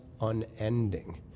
unending